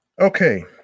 Okay